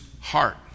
heart